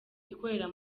ikorera